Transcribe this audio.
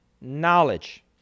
knowledge